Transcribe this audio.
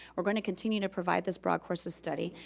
we're gonna continue to provide this broad course of study.